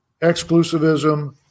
exclusivism